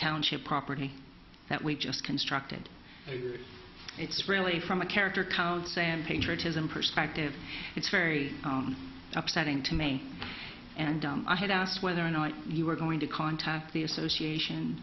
township property that we just constructed and it's really from a character counts and patriotism perspective it's very down upsetting to me and i had asked whether or not you were going to contact the association